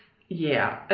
yeah. ah